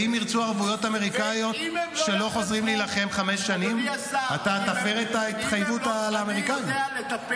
טוב, חבריי חברי הכנסת, השר ענה את עמדתו.